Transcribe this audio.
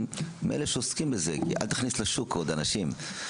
היא מאלה שעוסקים בזה: אל תכניס לשוק עוד אנשים.